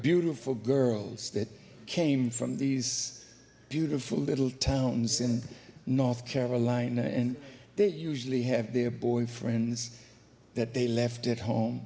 beautiful girls that came from these beautiful little towns in north carolina and they usually have their boyfriends that they left at home